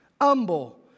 Humble